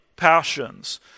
passions